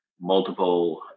multiple